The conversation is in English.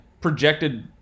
projected